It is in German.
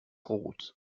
rot